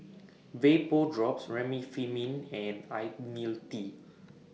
Vapodrops Remifemin and Ionil T